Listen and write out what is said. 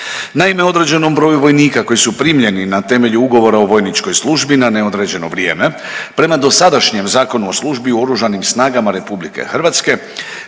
Naime, određenom broju vojnika koji su primljeni na temelju ugovora o vojničkoj službi na neodređeno vrijeme prema dosadašnjem Zakonu o službi u Oružanim snagama RH djelatna